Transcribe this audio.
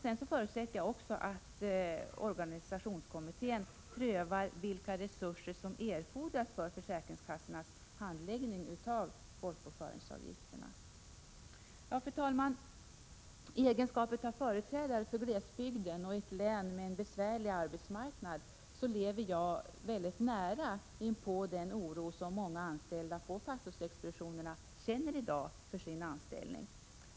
Jag förutsätter att organisationskommittén prövar vilka resurser som erfordras för försäk Fru talman! Som företrädare för glesbygden och ett län med en besvärlig arbetsmarknad lever jag väldigt nära den oro många anställda på pastorsexpeditionerna i dag känner för sin anställning.